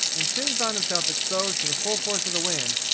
and soon found himself exposed to the full force of the wind,